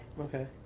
Okay